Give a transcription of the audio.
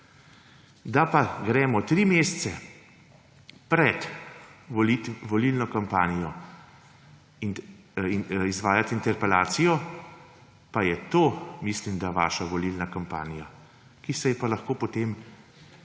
Da pa gremo tri mesece pred volilno kampanjo izvajati interpelacijo, pa je to, mislim da, vaša volilna kampanja, ki se ji pa lahko potem vladna